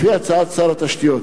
לפי הצעת שר התשתיות.